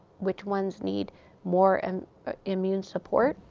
which ones need more and ah immune support,